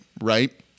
right